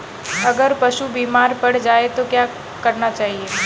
अगर पशु बीमार पड़ जाय तो क्या करना चाहिए?